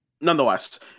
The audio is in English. nonetheless